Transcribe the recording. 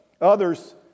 Others